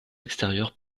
extérieures